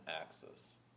axis